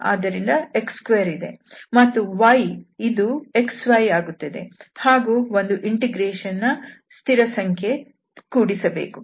ಆದ್ದರಿಂದ x2ಇದೆ ಮತ್ತು y ಇದು xy ಆಗುತ್ತದೆ ಹಾಗೂ ಒಂದು ಇಂಟಿಗ್ರೇಷನ್ ನ ಸ್ಥಿರಸಂಖ್ಯೆ ಯನ್ನು ಕೂಡಿಸಬೇಕು